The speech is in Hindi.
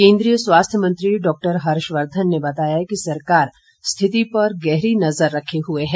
केन्द्रीय स्वास्थ्य मंत्री डॉक्टर हर्षवर्धन ने बताया कि सरकार स्थिति पर गहरी नजर रखे हुए है